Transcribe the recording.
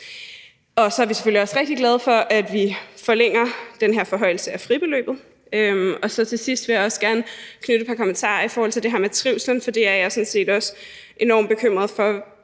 Så er vi selvfølgelig også rigtig glade for, at vi forlænger den her forhøjelse af fribeløbet. Her til sidst vil jeg også gerne knytte et par kommentarer til det her med trivsel, for det er jeg sådan set også enormt bekymret for.